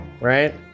right